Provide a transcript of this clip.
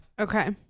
Okay